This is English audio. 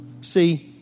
see